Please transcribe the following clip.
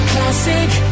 Classic